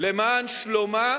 למען שלומה